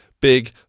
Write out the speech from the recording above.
Big